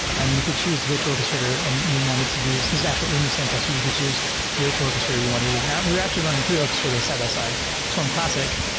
and you could choose which orches trator and you wanted to use. this is actually in the same cluster. you can choose which orches trator you want to use. now we're actually running three orches trators side-by-side swarm classic,